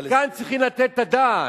כאן צריכים לתת את הדעת,